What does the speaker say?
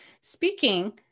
speaking